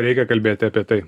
reikia kalbėti apie tai